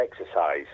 exercise